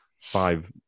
five